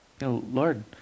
Lord